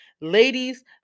ladies